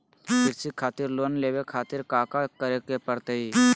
कृषि खातिर लोन लेवे खातिर काका करे की परतई?